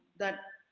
that